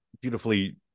beautifully